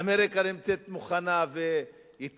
אמריקה נמצאת מוכנה ויציבה,